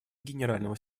генерального